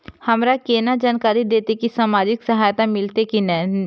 हमरा केना जानकारी देते की सामाजिक सहायता मिलते की ने?